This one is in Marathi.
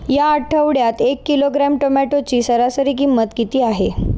या आठवड्यात एक किलोग्रॅम टोमॅटोची सरासरी किंमत किती आहे?